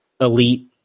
elite